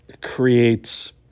creates